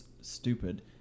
stupid